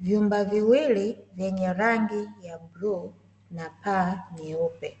Vyumba viwili vyenye rangi ya bluu na paa nyeupe